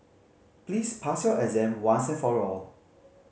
please pass your exam once and for all